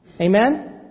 Amen